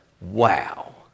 Wow